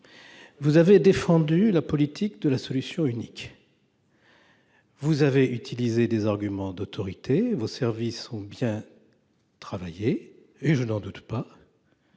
Vous avez défendu la politique de la solution unique. Vous avez utilisé des arguments d'autorité : vos services ont bien travaillé, je n'en doute pas.